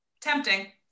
tempting